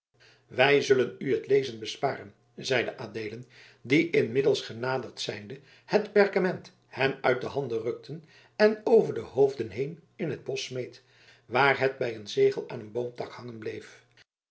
wij zullen u het lezen besparen zeide adeelen die inmiddels genaderd zijnde het perkament hem uit de handen rukte en over de hoofden heen in het bosch smeet waar het bij het zegel aan een boomtak hangen bleef